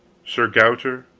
sir gauter,